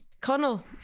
Connell